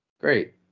Great